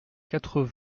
quatre